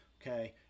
okay